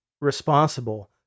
responsible